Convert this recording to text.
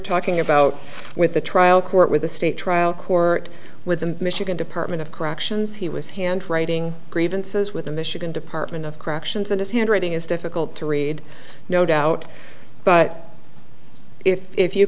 talking about with the trial court where the state trial court with the michigan department of corrections he was hand writing grievances with the michigan department of corrections and his handwriting is difficult to read no doubt but if